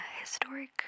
historic